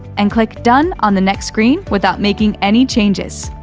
and click done on the next screen without making any changes.